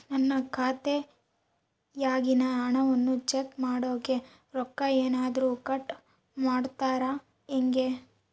ನನ್ನ ಖಾತೆಯಾಗಿನ ಹಣವನ್ನು ಚೆಕ್ ಮಾಡೋಕೆ ರೊಕ್ಕ ಏನಾದರೂ ಕಟ್ ಮಾಡುತ್ತೇರಾ ಹೆಂಗೆ?